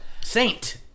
saint